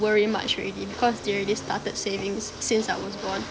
worry much already because they already started savings since I was born